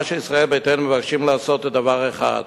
מה שישראל ביתנו מבקשת לעשות זה דבר אחד: